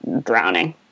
drowning